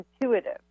intuitive